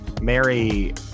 Mary